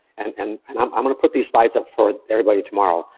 and and um i'm gonna put these slides up for everybody tomorrow,